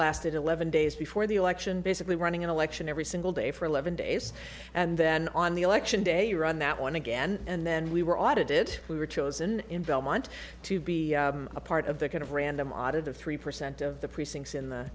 lasted eleven days before the election basically running an election every single day for eleven days and then on the election day run that one again and then we were audited we were chosen in belmont to be a part of the kind of random audit of three percent of the precincts in the